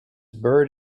bird